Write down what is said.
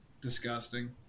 Disgusting